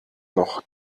noch